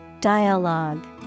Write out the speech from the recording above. Dialogue